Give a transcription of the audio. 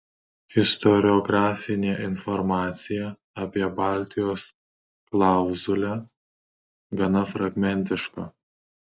istoriografinė informacija apie baltijos klauzulę gana fragmentiška